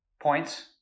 Points